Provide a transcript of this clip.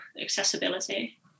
accessibility